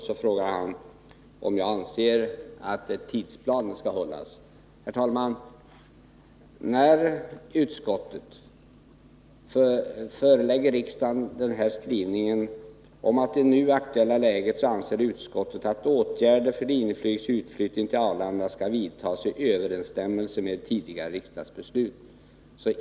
Herr Zachrisson frågade om jag anser att tidsplanen skall hållas. Herr talman! Utskottet förelägger riksdagen skrivningen att utskottet i det nu aktuella läget anser att åtgärder för Linjeflygs utflyttning till Arlanda skall vidtas i överensstämmelse med tidigare riksdagsbeslut.